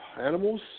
animals